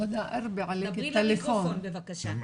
אני רכזת לובי בפורום לדו-קיום בנגב.